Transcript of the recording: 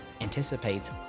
anticipates